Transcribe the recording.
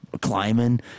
climbing